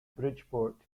bridgeport